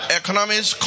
economics